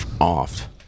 off